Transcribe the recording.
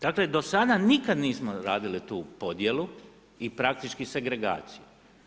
Dakle do sada nikad nismo radili tu podjelu i praktički segregaciju.